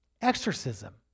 Exorcism